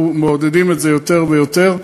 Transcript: ואנחנו מעודדים את זה יותר ויותר.